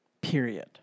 Period